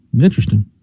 Interesting